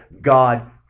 God